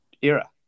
era